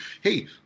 hey